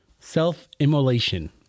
self-immolation